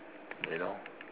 you know